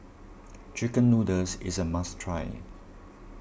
Chicken Noodles is a must try